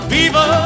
Viva